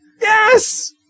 Yes